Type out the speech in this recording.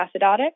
acidotic